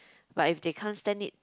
but if they can't stand it